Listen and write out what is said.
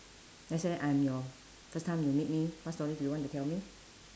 let's say I'm your first time you meet me what story do you want to tell me